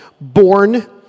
born